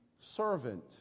servant